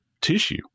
tissue